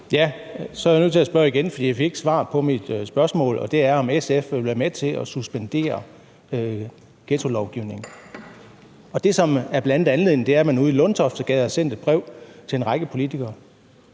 er jeg nødt til at spørge igen, for jeg fik ikke svar på mit spørgsmål, som er: Vil SF være med til at suspendere ghettolovgivningen? Og det, som bl.a. er anledningen, er, at man ude i Lundtoftegade har sendt et brev til en række politikere,